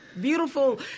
beautiful